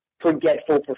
forgetful